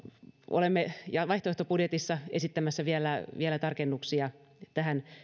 olemme vaihtoehtobudjetissa esittämässä vielä vielä tarkennuksia tähän